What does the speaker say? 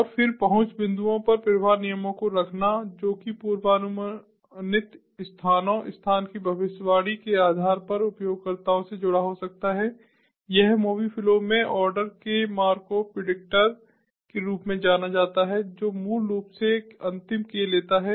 और फिर पहुँच बिंदुओं पर प्रवाह नियमों को रखना जो कि पूर्वानुमानित स्थानों स्थान की भविष्यवाणी के आधार पर उपयोगकर्ताओं से जुड़ा हो सकता है यह Mobi Flow में ऑर्डर के मार्कोव प्रिडिक्टर के रूप में जाना जाता है जो मूल रूप से अंतिम k लेता है